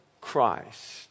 Christ